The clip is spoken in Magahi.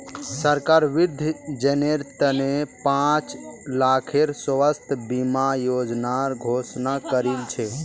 सरकार वृद्धजनेर त न पांच लाखेर स्वास्थ बीमा योजनार घोषणा करील छ